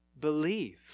Believe